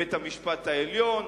בית-המשפט העליון.